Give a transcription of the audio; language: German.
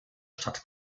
stadt